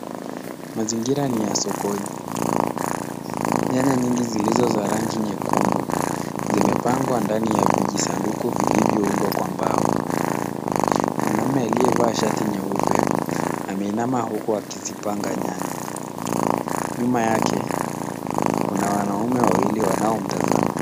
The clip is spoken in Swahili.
Mazingira ni ya sokoni. Nyanya nyingi zilizo za rangi nyekundu zimepangwa ndani ya vijisanduku vilivyoundwa kwa mbao. Mwanamume aliyevaa shati nyeupe, ameinama huku akizipanga nyanya. Nyuma yake, kuna wanaume wawili wanaomtazama.